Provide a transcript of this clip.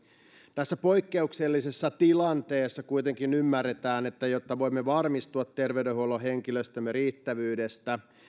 tässä poikkeuksellisessa tilanteessa kuitenkin ymmärretään että jotta voimme varmistua terveydenhuollon henkilöstömme riittävyydestä